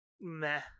Meh